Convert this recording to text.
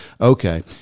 okay